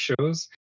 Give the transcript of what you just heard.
shows